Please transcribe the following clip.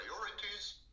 priorities